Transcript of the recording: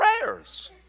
prayers